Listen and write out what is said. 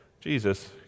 Jesus